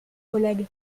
collègue